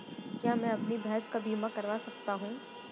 क्या मैं अपनी भैंस का बीमा करवा सकता हूँ?